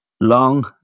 long